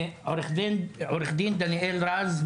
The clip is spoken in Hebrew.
עו"ד דניאל רז,